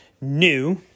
new